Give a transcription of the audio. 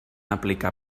aplicar